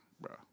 bro